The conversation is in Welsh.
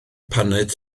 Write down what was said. paned